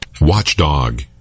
Watchdog